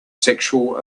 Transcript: sexual